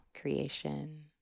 creation